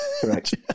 Correct